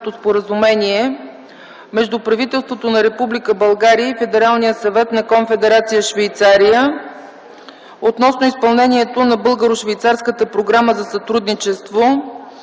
между правителството на Република България и Федералния съвет на Конфедерация Швейцария относно изпълнението на Българо-швейцарската програма за сътрудничество